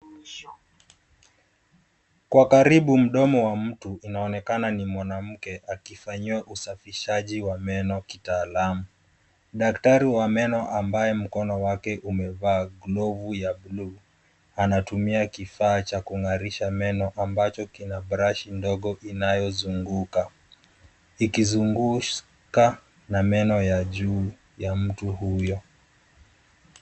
Kwa karibu mdomo wa mtu, unaonekana ni mwanamke akifanyiwa usafishaji wa meno kitaalamu. Daktari wa meno ambaye mkono wake umevaa glovu ya buluu, anatumia kifaa cha kung'arisha meno ambacho kina brashi ndogo inayozunguka. Ikizunguka na meno ya juu ya mtu huyo.